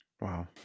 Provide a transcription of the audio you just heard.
Wow